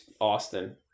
Austin